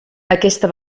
aquesta